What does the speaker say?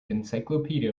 encyclopedia